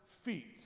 feet